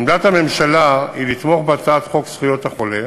עמדת הממשלה היא לתמוך בהצעת חוק זכויות החולה